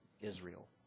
Israel